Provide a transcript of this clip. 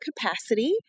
capacity